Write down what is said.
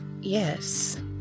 Yes